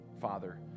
Father